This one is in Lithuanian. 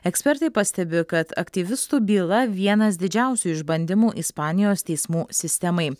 ekspertai pastebi kad aktyvistų byla vienas didžiausių išbandymų ispanijos teismų sistemai